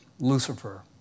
Lucifer